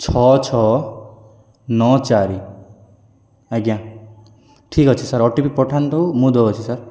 ଛଅ ଛଅ ନଅ ଚାରି ଆଜ୍ଞା ଠିକ୍ ଅଛି ସାର୍ ଓ ଟି ପି ପଠାନ୍ତୁ ମୁଁ ଦେଉଛି ସାର୍